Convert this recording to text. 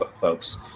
folks